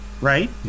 Right